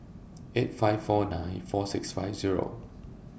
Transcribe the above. eight five four nine four six five Zero